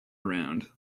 around